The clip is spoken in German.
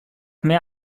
mehr